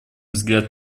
взгляд